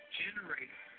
generator